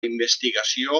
investigació